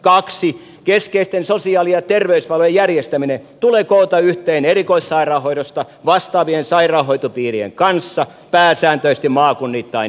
toiseksi keskeisten sosiaali ja terveyspalvelujen järjestäminen tulee koota yhteen erikoissairaanhoidosta vastaavien sairaanhoitopiirien kanssa pääsääntöisesti maakunnittain